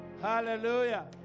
hallelujah